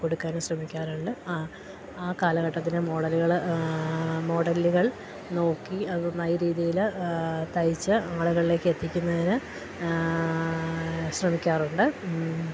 കൊടുക്കാനും ശ്രമിക്കാറുണ്ട് ആ കാലഘട്ടത്തിലെ മോഡലുകൾ മോഡലുകൾ നോക്കി അതൊന്നായി രീതിയിൽ തയ്ച്ച് ആളുകളിലേക്ക് എത്തിക്കുന്നതിന് ശ്രമിക്കാറുണ്ട്